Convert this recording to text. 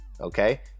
Okay